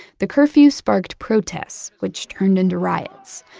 the curfew sparked protests, which turned into riots.